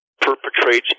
perpetrates